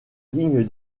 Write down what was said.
ligne